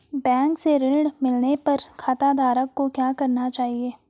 Bank से ऋण मिलने पर खाताधारक को क्या करना चाहिए?